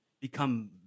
become